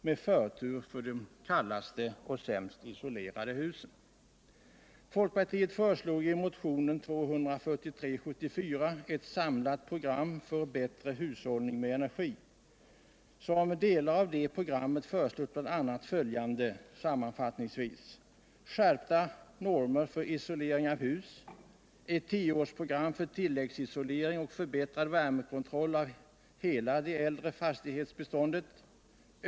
med förtur för de kallaste och sämst isolerade husen. Folkpartiet föreslog i motionen 243 år 1974 et samlat program för bättre hushållning med energi. Som delar av detta program föreslogs sammanfattningsvis bl.a. följande: skärpta normer för isolering av hus.